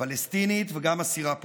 פלסטינית וגם אסירה פוליטית.